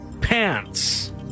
Pants